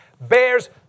bears